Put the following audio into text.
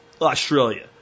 Australia